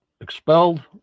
Expelled